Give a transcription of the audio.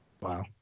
Wow